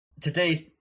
Today's